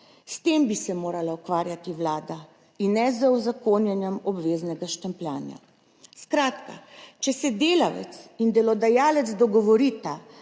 S tem bi se morala ukvarjati vlada in ne z uzakonjenjem obveznega štempljanja. Skratka če se delavec in delodajalec dogovorita